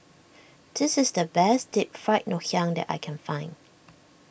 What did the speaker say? this is the best Deep Fried Ngoh Hiang that I can find